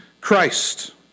Christ